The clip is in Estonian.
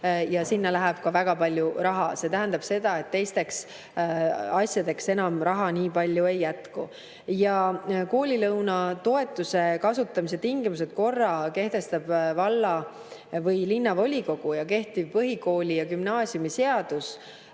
ja sinna läheb väga palju raha. See tähendab seda, et teisteks asjadeks enam raha nii palju ei jätku. Ja koolilõuna toetuse kasutamise tingimused ja korra kehtestab valla- või linnavolikogu. Kehtiv põhikooli- ja gümnaasiumiseadus